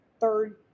third